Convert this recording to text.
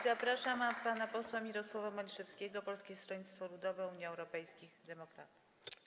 Zapraszam pana posła Mirosława Maliszewskiego, Polskie Stronnictwo Ludowe - Unia Europejskich Demokratów.